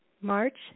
March